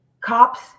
Cops